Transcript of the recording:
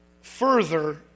further